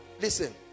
listen